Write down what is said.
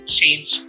change